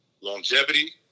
longevity